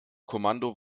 kommando